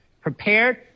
prepared